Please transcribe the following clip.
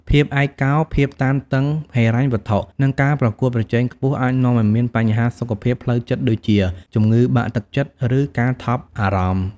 ភាពឯកកោ ភាពតានតឹងហិរញ្ញវត្ថុ និងការប្រកួតប្រជែងខ្ពស់ អាចនាំឱ្យមានបញ្ហាសុខភាពផ្លូវចិត្តដូចជា ជំងឺបាក់ទឹកចិត្ត ឬការថប់អារម្មណ៍។